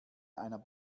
einer